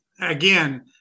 again